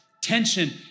tension